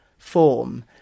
Form